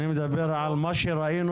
אני מדבר על מה שראינו,